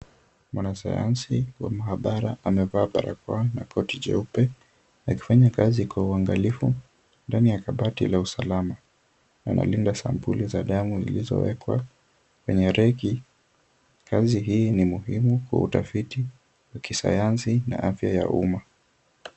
Mwanasayansi wa maabara amevaa barakoa na koti jeupe akifanya kazi kwa uangilifu ndani ya kabati la usalama. Analinda sampuli za damu zilizowekwa kwenye reki. Kazi hii ni muhimu kwa utafiti wa kisayansi na afya ya umma.